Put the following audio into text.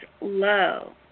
low